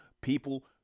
People